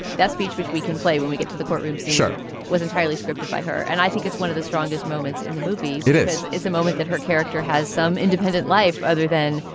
that speech which we can play when we get to the courtroom, sure was entirely scripted by her. and i think it's one of the strongest moments in the movie. it is is a moment that her character has some independent life other than,